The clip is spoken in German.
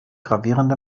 gravierende